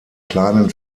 kleinen